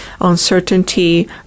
uncertainty